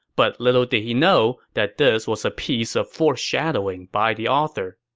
but little did he know that this was a piece of foreshadowing by the author.